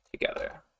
together